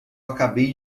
acabei